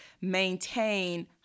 maintain